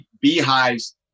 beehives